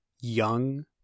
young